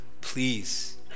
please